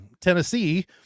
Tennessee